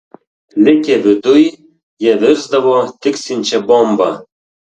likę viduj jie virsdavo tiksinčia bomba